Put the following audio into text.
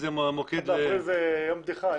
יום הצחוק.